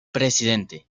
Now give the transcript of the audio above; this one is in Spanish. presidente